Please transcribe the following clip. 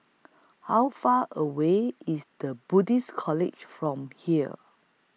How Far away IS The Buddhist College from here